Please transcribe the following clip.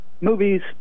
movies